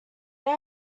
they